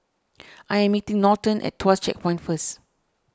I am meeting Norton at Tuas Checkpoint first